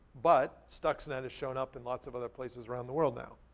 but stuxnet has shown up in lots of other places around the world now.